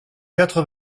quatre